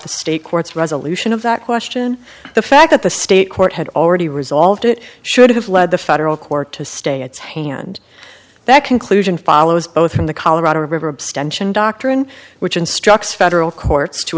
the state courts resolution of that question the fact that the state court had already resolved it should have led the federal court to stay its hand that conclusion follows both from the colorado river abstention doctrine which instructs federal courts to